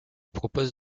propose